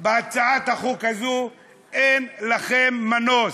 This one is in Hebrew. בהצעת החוק הזאת אין לכם מנוס.